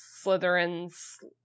Slytherin's